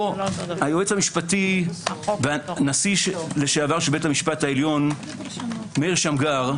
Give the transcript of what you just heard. או היועץ המשפטי והנשיא לשעבר של בית המשפט העליון מאיר שמגר,